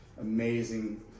amazing